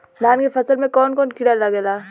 धान के फसल मे कवन कवन कीड़ा लागेला?